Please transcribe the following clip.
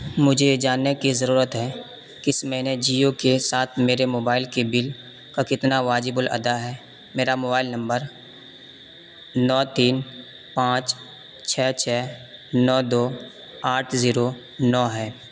مجھے یہ جاننے کی ضرورت ہے کہ اس مہینے جیو کے ساتھ میرے موبائل کی بل کا کتنا واجب الادا ہے میرا موبائل نمبر نو تین پانچ چھ چھ نو دو آٹھ زیرو نو ہے